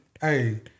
hey